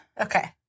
Okay